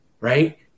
Right